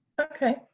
Okay